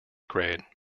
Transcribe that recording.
grade